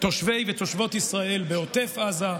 הכוחות וגם את תושבי ותושבות ישראל בעוטף עזה,